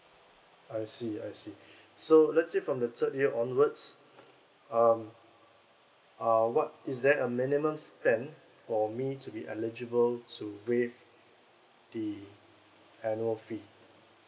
I see I see so let's say from the third year onwards um uh what is there a minimum spend for me to be eligible to waive the annual fee